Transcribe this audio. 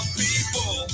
people